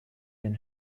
den